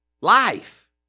life